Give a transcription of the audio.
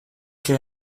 che